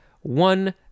one